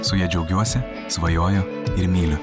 su ja džiaugiuosi svajoju ir myliu